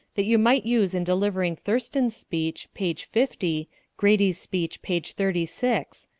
that you might use in delivering thurston's speech, page fifty grady's speech, page thirty six?